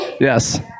Yes